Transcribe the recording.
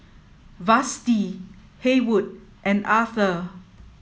Vashti Haywood and Arthur